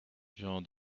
j’en